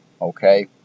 Okay